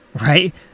Right